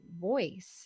voice